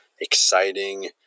exciting